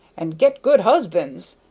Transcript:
and get good husbands,